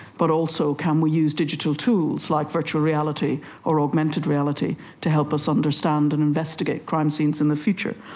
but also can we use digital tools like virtual reality or augmented reality to help us understand and investigate crime scenes in the future.